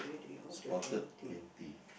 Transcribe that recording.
spotted twenty